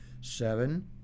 Seven